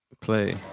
Play